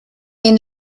den